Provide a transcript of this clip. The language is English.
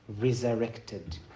resurrected